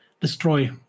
destroy